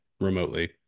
remotely